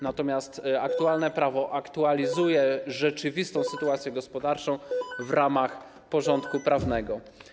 Natomiast aktualne prawo aktualizuje rzeczywistą sytuację gospodarczą w ramach porządku prawnego.